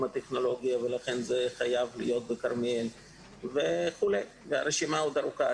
הטכנולוגיה לכן זה חייב להיות בכרמיאל והרשימה עוד ארוכה,